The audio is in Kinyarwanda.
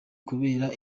kubera